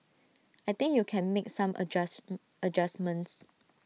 I think you can make some adjust adjustments